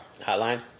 Hotline